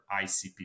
ICP